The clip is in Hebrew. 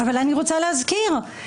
אני רוצה להזכיר,